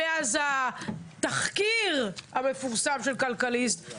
שמאז התחקיר המפורסם של ׳כלכליסט׳